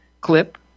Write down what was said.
clip